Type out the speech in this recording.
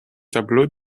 tableau